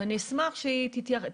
אני חושבת שזה גיל צעיר מאוד,